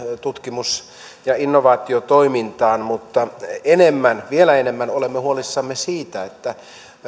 tutkimus ja innovaatiotoimintaan mutta enemmän vielä enemmän olemme huolissamme siitä että